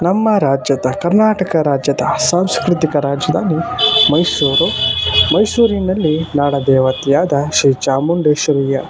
ನಮ್ಮ ರಾಜ್ಯದ ಕರ್ನಾಟಕ ರಾಜ್ಯದ ಸಾಂಸ್ಕೃತಿಕ ರಾಜಧಾನಿ ಮೈಸೂರು ಮೈಸೂರಿನಲ್ಲಿ ನಾಡ ದೇವತೆಯಾದ ಶ್ರೀ ಚಾಮುಂಡೇಶ್ವರಿಯ